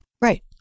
Right